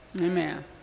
Amen